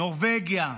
נורבגיה,